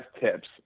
tips